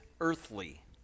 earthly